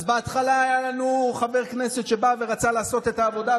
אז בהתחלה היה לנו חבר כנסת שבא ורצה לעשות את העבודה,